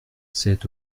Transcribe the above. c’est